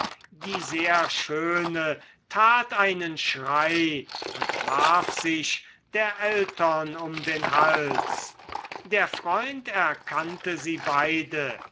die sehr schöne tat einen schrei und warf sich der ältern um den hals der freund erkannte sie beide